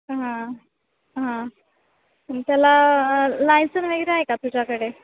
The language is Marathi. हां हां हां पण त्याला लायसन वगैरे आहे का तुझ्याकडे